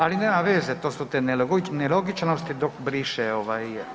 Ali nema veze, to su te nelogičnosti dok briše.